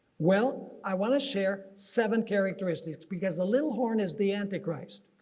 well i want to share seven characteristics because the little horn is the antichrist